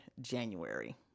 January